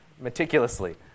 meticulously